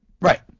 Right